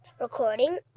Recording